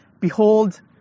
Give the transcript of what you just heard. Behold